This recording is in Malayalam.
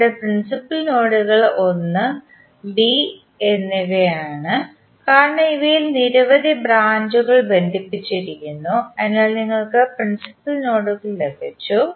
ഇവിടെ പ്രിൻസിപ്പൽ നോഡുകൾ 1 ബി എന്നിവയാണ് കാരണം ഇവയിൽ നിരവധി ബ്രാഞ്ചുകൾ ബന്ധിപ്പിച്ചിരിക്കുന്നു അതിനാൽ നിങ്ങൾക്ക് പ്രിൻസിപ്പൽ നോഡുകൾ ലഭിച്ചു